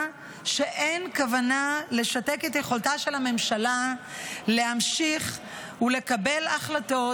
שאין כוונה לשתק את יכולתה של הממשלה להמשיך ולקבל החלטות